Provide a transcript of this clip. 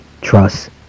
trust